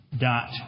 dot